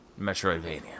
Metroidvania